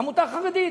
עמותה חרדית,